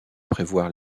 prévoir